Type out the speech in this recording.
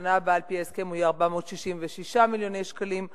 בשנה הבאה על-פי ההסכם הוא יהיה 466 מיליון שקלים.